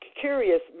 Curious